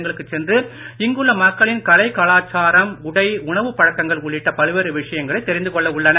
மேலும் இடங்களுக்குச் சென்று இங்குள்ள மக்களின் கலை கலாச்சாரம் உடை உணவுப் பழக்கவழக்கங்கள் உள்ளிட்ட பல்வேறு விஷயங்களை தெரிந்து கொள்ள உள்ளனர்